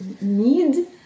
need